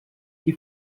que